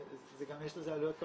להעסקה יש עלויות כלכליות,